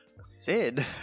Sid